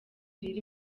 riri